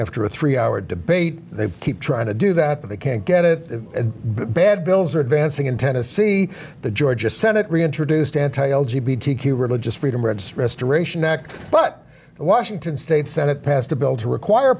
after a three hour debate they keep trying to do that but they can't get it bad bills are advancing in tennessee the georgia senate reintroduced entail g b t q religious freedom or its restoration act but washington state senate passed a bill to require